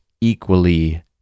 equally